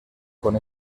con